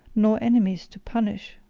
nor enemies to punish.